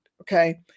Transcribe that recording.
Okay